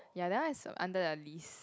ya that one is under the list